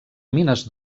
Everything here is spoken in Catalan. mines